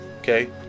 Okay